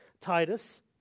Titus